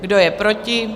Kdo je proti?